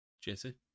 Jesse